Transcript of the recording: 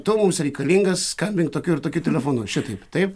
tu mums reikalingas skambink tokiu ir tokiu telefonu šitaip tai